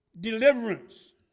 Deliverance